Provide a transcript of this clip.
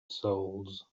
souls